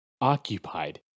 occupied